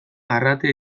arrate